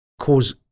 cause